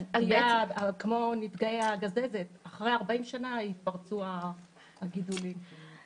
כמו שבקרב נפגעי הגזזת התפרצו הגידולים אחרי 40 שנה.